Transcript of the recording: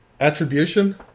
attribution